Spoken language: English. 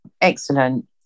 Excellent